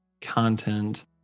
content